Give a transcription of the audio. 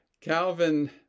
Calvin